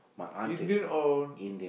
Indian or